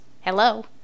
hello